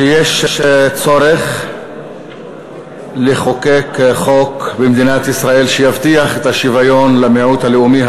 שיש צורך לחוקק חוק במדינת ישראל שיבטיח את השוויון למיעוט הלאומי,